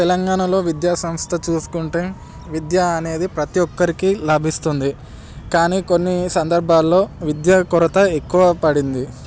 తెలంగాణలో విద్యాసంస్థ చూసుకుంటే విద్య అనేది ప్రతి ఒక్కరికి లభిస్తుంది కానీ కొన్ని సందర్భాల్లో విద్య కొరత ఎక్కువ పడింది